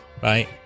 Bye